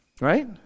right